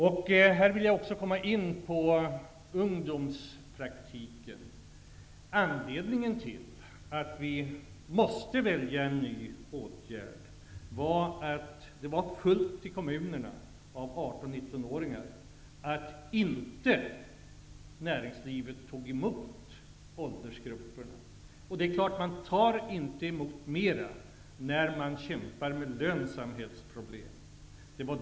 Jag vill här också komma in på frågan om ungdomspraktiken. Anledningen till att vi var tvungna att välja en ny åtgärd var att det i kommunerna var fullt med 18-19-åringar. Näringslivet tog inte emot den åldersgruppen. Man tar naturligtvis inte emot så måmga när man kämpar med lönsamhetsproblem.